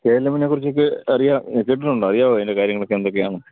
K L എമ്മിനെക്കുറിച്ചൊക്കെ അറിയാ കേട്ടിട്ടുണ്ടോ അറിയാവോ അതിൻ്റെ കാര്യങ്ങളൊക്കെയെന്തൊക്കെയാണെന്ന്